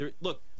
Look